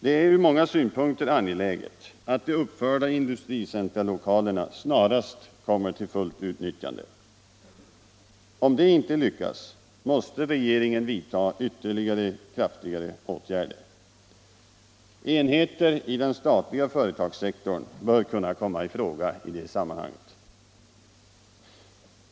Det är från många synpunkter angeläget att de uppförda industricentralokalerna snarast kommer till fullt utnyttjande. Om det inte lyckas måste regeringen vidta kraftigare åtgärder. Enheter i den statliga företagssektorn bör kunna komma i fråga i det sammanhanget.